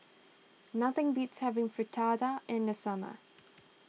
nothing beats having Fritada in the summer